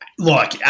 Look